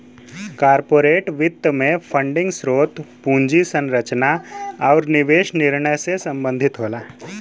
corporate वित्त में funding स्रोत, पूंजी संरचना आुर निवेश निर्णय से संबंधित होला